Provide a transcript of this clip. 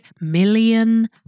million